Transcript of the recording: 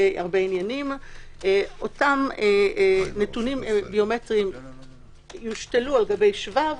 אותם נתונים ביומטריים יושתלו על גבי שבב